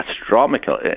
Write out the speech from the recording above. astronomical